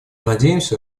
надеемся